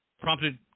prompted –